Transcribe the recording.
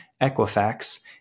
Equifax